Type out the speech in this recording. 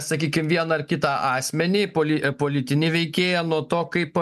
sakykim vieną ar kitą asmenį polį i politinį veikėją nuo to kaip